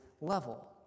level